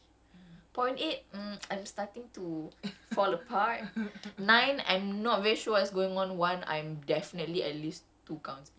so I mean at zero point six it was okay zero point seven still can point eight mm I'm starting to fall apart